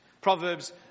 Proverbs